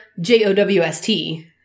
J-O-W-S-T